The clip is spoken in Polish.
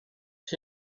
czy